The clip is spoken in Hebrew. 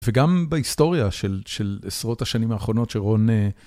וגם בהיסטוריה של עשרות השנים האחרונות שרון...